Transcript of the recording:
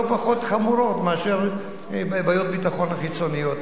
פחות חמורות מאשר בעיות הביטחון החיצוניות.